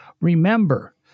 remember